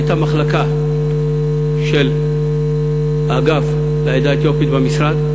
הייתה מחלקה של האגף לעדה האתיופית במשרד,